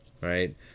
right